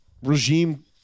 regime